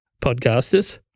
podcasters